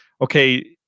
okay